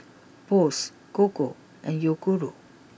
Bose Gogo and Yoguru